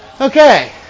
okay